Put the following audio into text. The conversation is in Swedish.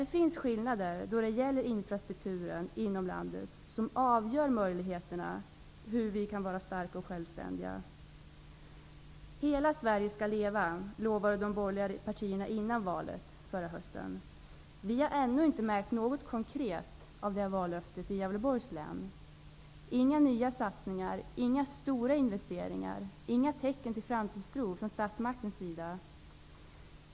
Det finns skillnader i infrastrukturen inom landet som avgör våra möjligheter att vara starka och självständiga. Hela Sverige skall leva, lovade de borgerliga partierna före valet förra hösten. Vi har ännu inte märkt något konkret av det vallöftet i Gävleborgs län; inga nya satsningar, inga stora investeringar, inga tecken till framtidstro från statsmaktens sida.